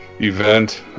event